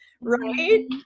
right